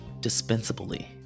dispensably